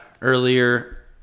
earlier